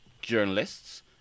journalists